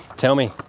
tell me.